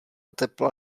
tepla